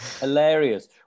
Hilarious